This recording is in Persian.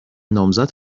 نامزد